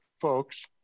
folks